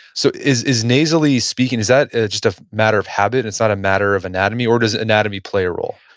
so is is nasally speaking, is that just a matter of habit? it's not a matter of anatomy? or does anatomy play a role?